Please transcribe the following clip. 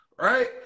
right